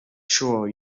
sure